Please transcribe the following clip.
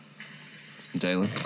Jalen